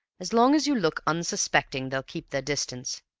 as long as you look unsuspecting they'll keep their distance,